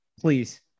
please